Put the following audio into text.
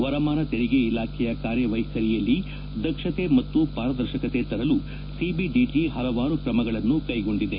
ವರಮಾನ ತರಿಗೆ ಇಲಾಖೆಯ ಕಾರ್ಯ ವೈಖರಿಯಲ್ಲಿ ದಕ್ಷತೆ ಮತ್ತು ಪಾರದರ್ಶಕತೆ ತರಲು ಸಿಬಿಡಿಟಿ ಹಲವಾರು ಕ್ರಮಗಳನ್ನು ಕೈಗೊಂಡಿದೆ